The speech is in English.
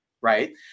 Right